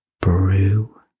brew